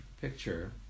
picture